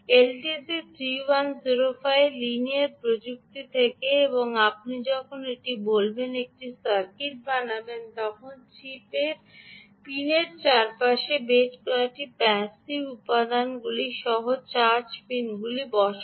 LTC 3105 linear প্রযুক্তি থেকে এবং আপনি যখন এটি বলবেন একটি সার্কিট বানাবেন তখন চিপের পিনের চারপাশে বেশ কয়েকটি প্যাসিভ উপাদান সহ চার্চ পিনগুলি বসান